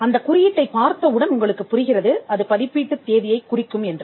அந்த குறியீட்டைப் பார்த்த உடன் உங்களுக்குப் புரிகிறது அது பதிப்பீட்டுத் தேதியை குறிக்கும் என்று